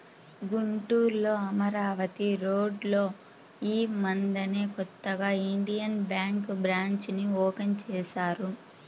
గుంటూరులో అమరావతి రోడ్డులో యీ మద్దెనే కొత్తగా ఇండియన్ బ్యేంకు బ్రాంచీని ఓపెన్ చేశారు